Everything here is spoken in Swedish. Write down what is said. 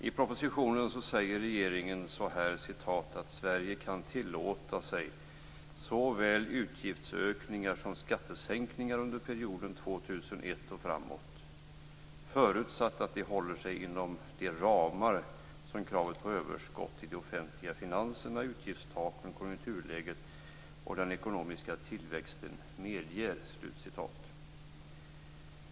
I propositionen säger regeringen "- att Sverige kan tillåta sig såväl utgiftsökningar som skattesänkningar under perioden 2001 och framåt, förutsatt att de håller sig inom de ramar som kravet på överskott i de offentliga finanserna, utgiftstaken, konjunkturläget och den ekonomiska tillväxten medger."